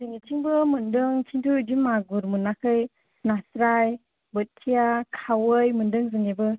जोंनिथिंबो मोनदों खिन्थु बिदि मागुर मोनाखै नास्राय बोथिया खावै मोनदों जोंनिबो